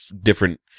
different